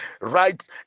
right